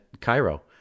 Cairo